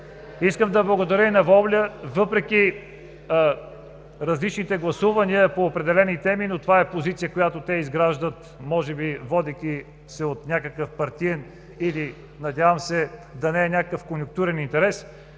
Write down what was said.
Искам да благодаря и на „Воля“ въпреки различните гласувания по определени теми. Но това е позиция, която те изграждат, може би водейки се от някакъв партиен или надявам се да не е някакъв конюнктурен интерес.